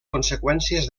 conseqüències